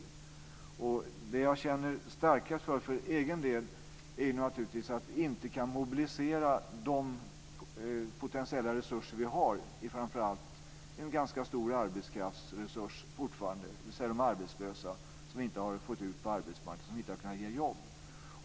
Det jag själv känner starkast oro för är naturligtvis att vi inte kan mobilisera de potentiella resurser vi har. Framför allt har vi fortfarande en ganska stor arbetskraftsresurs, dvs. de arbetslösa som vi inte har kunnat få ut på arbetsmarknaden och som inte har jobb.